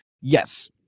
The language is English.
Yes